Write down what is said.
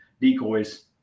decoys